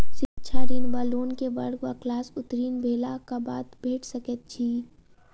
शिक्षा ऋण वा लोन केँ वर्ग वा क्लास उत्तीर्ण भेलाक बाद भेट सकैत छी?